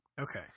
Okay